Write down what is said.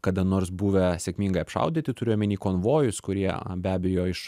kada nors buvę sėkmingai apšaudyti turiu omeny konvojus kurie be abejo iš